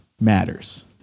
matters